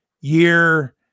year